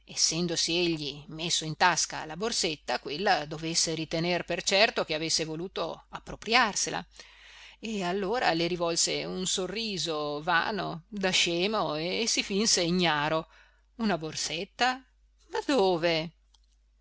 essendosi egli messo in tasca la borsetta quella dovesse ritener per certo che avesse voluto appropriarsela e allora le rivolse un sorriso vano da scemo e si finse ignaro una borsetta dove